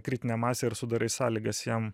kritinę masę ir sudarai sąlygas jam